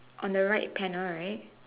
on the right panel right